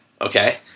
okay